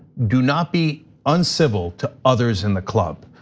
do not be uncivil to others in the club.